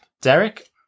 Derek